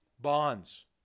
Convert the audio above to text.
Bonds